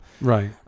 Right